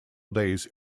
days